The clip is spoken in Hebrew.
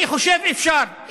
אני חושב שאפשר.